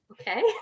Okay